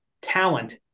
talent